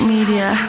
Media